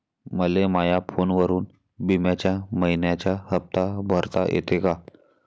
मले माया फोनवरून बिम्याचा मइन्याचा हप्ता भरता येते का?